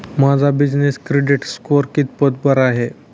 माझा business credit score कितपत बरा आहे?